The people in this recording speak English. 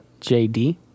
JD